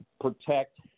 protect